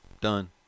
done